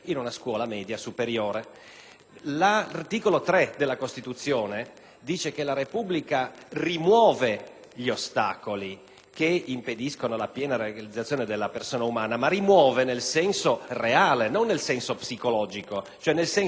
L'articolo 3 della Costituzione dice che la Repubblica rimuove gli ostacoli che impediscono la piena realizzazione della persona umana, ma in senso reale, non in senso psicologico; nel senso cioè che, se vi è qualche fattore